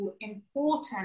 important